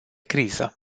criză